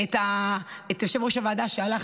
את יושב-ראש הוועדה שהלך,